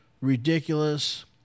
ridiculous